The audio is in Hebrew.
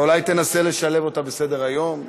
אולי תנסה לשלב אותה בסדר-היום.